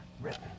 written